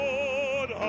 Lord